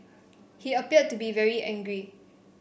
he appeared to be very angry